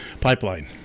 Pipeline